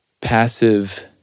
passive